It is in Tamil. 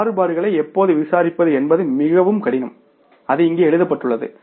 மாறுபாடுகளை எப்போது விசாரிப்பது என்பது மிகவும் கடினம் அது இங்கே எழுதப்பட்டுள்ளது